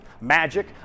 Magic